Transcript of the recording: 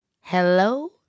Hello